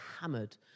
hammered